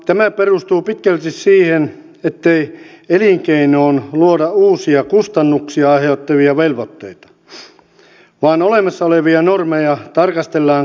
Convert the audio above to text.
tämä perustuu pitkälti siihen ettei elinkeinoon luoda uusia kustannuksia aiheuttavia velvoitteita vaan olemassa olevia normeja tarkastellaan kriittisesti